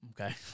Okay